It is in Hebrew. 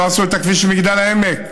לא עשו את כביש מגדל העמק,